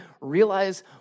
realize